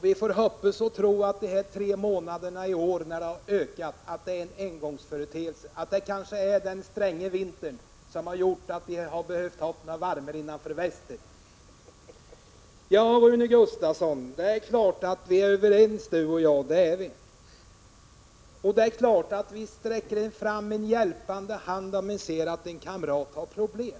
Vi får hoppas och tro att ökningen under de tre aktuella månaderna i år är en engångsföreteelse. Kanske är det den stränga vintern som har gjort att man behövt någonting som värmer innanför västen. Det är klart, Rune Gustavsson, att vi är överens. Naturligtvis sträcker man fram en hjälpande hand, om man ser att en kamrat har problem.